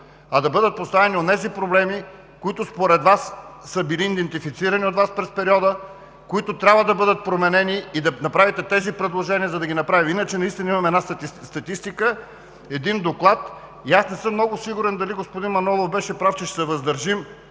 а да бъдат поставени онези проблеми, които според Вас са били идентифицирани от Вас през периода, които трябва да бъдат променени и да направите тези предложения, за да ги направим. Иначе наистина имаме една статистика, един доклад и аз не съм много сигурен дали господин Манолов беше прав, че ще се въздържим